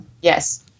Yes